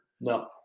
No